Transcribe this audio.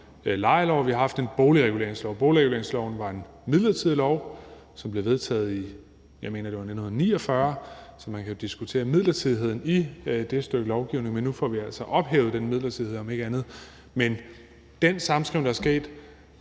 lejelov, og vi har haft en boligreguleringslov. Boligreguleringsloven var en midlertidig lov, som blev vedtaget i 1949, mener jeg det var. Så man kan jo diskutere midlertidigheden i det stykke lovgivning, men nu får vi altså om ikke andet ophævet den midlertidighed. Jeg mener altså, at den sammenskrivning, der er sket,